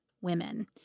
women